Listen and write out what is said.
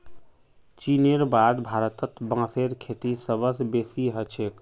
चीनेर बाद भारतत बांसेर खेती सबस बेसी ह छेक